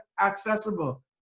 accessible